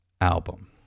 album